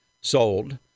sold